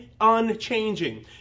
unchanging